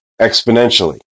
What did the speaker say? exponentially